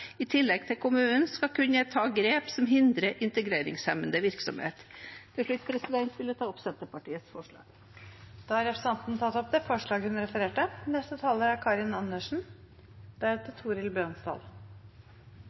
i tillegg til kommunen skal kunne ta grep som hindrer integreringshemmende virksomhet. Til slutt vil jeg ta opp Senterpartiets forslag. Representanten Heidi Greni har tatt opp det forslaget hun refererte